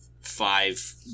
five